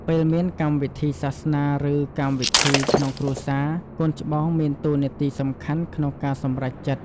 ពេលមានកម្មវិធីសាសនា ឬ កម្មវិធីក្នុងគ្រួសារ កូនច្បងមានតួនាទីសំខាន់ក្នុងការសម្រេចចិត្ត។